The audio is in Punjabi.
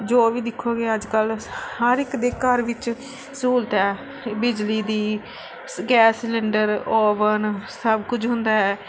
ਜੋ ਵੀ ਦੇਖੋਗੇ ਅੱਜ ਕੱਲ੍ਹ ਹਰ ਇੱਕ ਦੇ ਘਰ ਵਿੱਚ ਸਹੂਲਤ ਹੈ ਬਿਜਲੀ ਦੀ ਗੈਸ ਸਿਲੰਡਰ ਓਵਨ ਸਭ ਕੁਝ ਹੁੰਦਾ ਹੈ